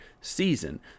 season